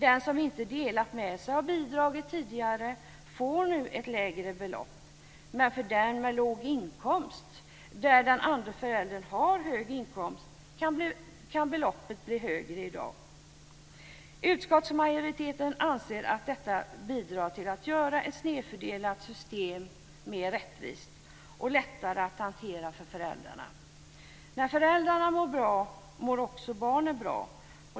Den som inte delat med sig av bidraget tidigare får nu ett lägre belopp. Men för den med låg inkomst och där den andre föräldern har hög inkomst kan beloppet bli högre. Utskottsmajoriteten anser att detta bidrar till att göra ett snedfördelat system mer rättvist och lättare att hantera för föräldrarna. När föräldrarna mår bra mår också barnen bra.